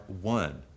one